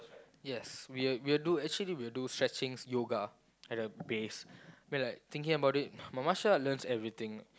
yes we will we will do actually we will do stretching yoga at the base I mean like thinking about it martial art learns everything